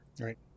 Right